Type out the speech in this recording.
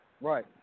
Right